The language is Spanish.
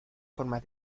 formas